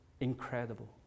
incredible